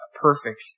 perfect